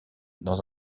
dans